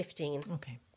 Okay